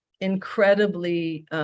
incredibly